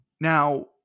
Now